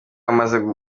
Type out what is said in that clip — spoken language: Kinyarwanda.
amaze